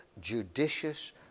judicious